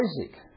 Isaac